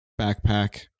backpack